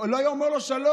הוא לא היה אומר לו שלום,